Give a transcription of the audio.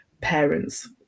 parents